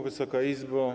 Wysoka Izbo!